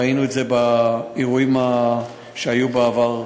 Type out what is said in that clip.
ראינו את זה באירועים שהיו בעבר.